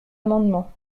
amendement